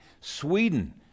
Sweden